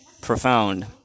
profound